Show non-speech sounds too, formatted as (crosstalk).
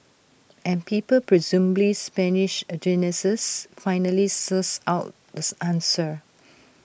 and people presumably Spanish A geniuses finally sussed out this answer (noise)